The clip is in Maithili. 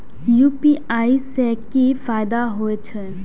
यू.पी.आई से की फायदा हो छे?